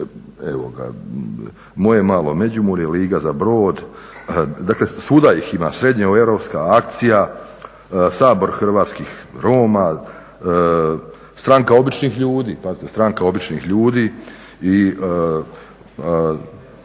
nabrajam. Moje malo Međimurje, Liga za brod, dakle svuda ih ima, Srednjoeuropska akcija, Sabor hrvatskih Roma, stranka običnih ljudi i ne znam ajmo još